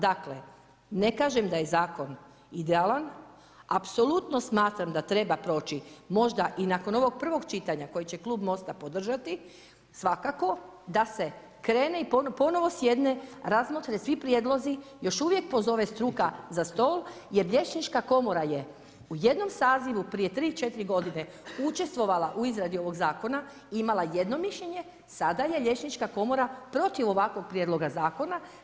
Dakle, ne kažem da je zakon idealan, apsolutno smatram da treba proći možda i nakon ovog prvog čitanja koji će Klub Mosta podržati svakako, da se krene i ponovo sjedne, razmotre svi prijedlozi još uvijek pozove struka za stol jer Liječnička komora je u jednom sazivu prije tri, četiri godine učestvovala u izradi ovog zakona, imala jedno mišljenje, sada je Liječnička komora protiv ovakvog Prijedloga zakona.